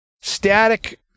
static